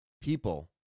people